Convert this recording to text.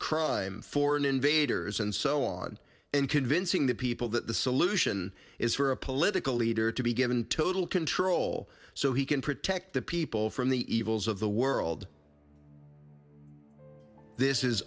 crime foreign invaders and so on and convincing the people that the solution is for a political leader to be given total control so he can protect the people from the evils of the world this is